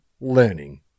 learning